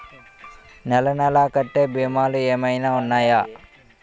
నెల నెల కట్టే భీమాలు ఏమైనా ఉన్నాయా?